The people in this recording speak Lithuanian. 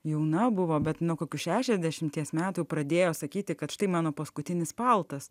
jauna buvo bet nuo kokių šešiasdešimties metų pradėjo sakyti kad štai mano paskutinis paltas